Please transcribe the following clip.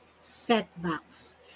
setbacks